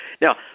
Now